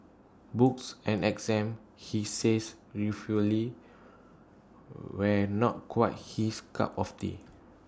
books and exams he says ruefully were not quite his cup of tea